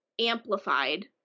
amplified